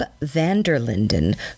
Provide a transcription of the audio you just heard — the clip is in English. Vanderlinden